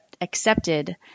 accepted